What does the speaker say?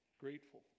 grateful